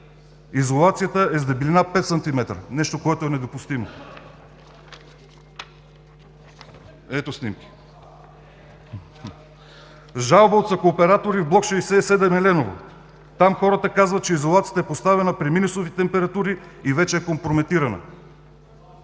изолацията е с дебелина 5 см, нещо което е недопустимо (показва снимки). Жалба от съкооператорите в бл. 67, „Еленово“. Там хората казват, че изолацията е поставена при минусови температури и вече е компрометирана